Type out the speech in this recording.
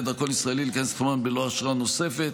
דרכון ישראלי להיכנס לתחומן בלא אשרה נוספת,